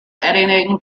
editing